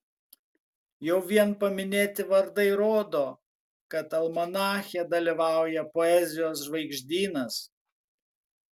jau vien paminėti vardai rodo kad almanache dalyvauja poezijos žvaigždynas